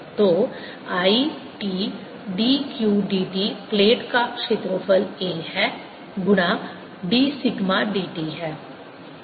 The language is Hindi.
तो I t d q d t plate का क्षेत्रफल a है गुना d सिग्मा d t है